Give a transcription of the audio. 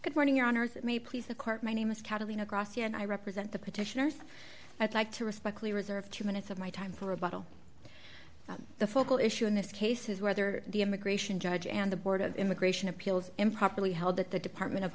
court my name is catalina cross and i represent the petitioners i'd like to respectfully reserve two minutes of my time for a bottle the focal issue in this case is whether the immigration judge and the board of immigration appeals improperly held that the department of